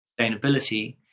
sustainability